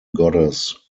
goddess